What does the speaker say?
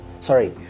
Sorry